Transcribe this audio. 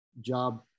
job